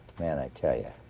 man i tell ya.